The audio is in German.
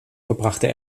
verbrachte